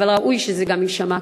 אבל ראוי שזה גם יישמע כאן.